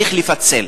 צריך לפצל,